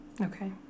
Okay